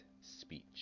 speech